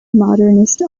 modernist